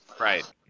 Right